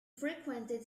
frequented